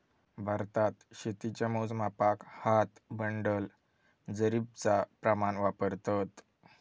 भारतात शेतीच्या मोजमापाक हात, बंडल, जरीबचा प्रमाण वापरतत